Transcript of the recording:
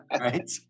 Right